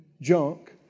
Junk